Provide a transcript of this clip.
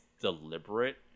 deliberate